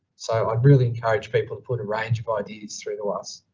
so i really encourage people to put a range of ideas through to us.